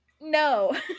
No